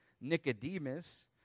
Nicodemus